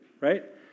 right